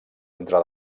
entre